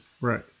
Right